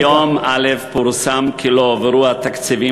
ביום א' פורסם כי לא הועברו תקציבים